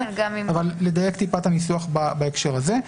אבל לדייק את הניסוח בהקשר הזה.